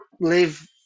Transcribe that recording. live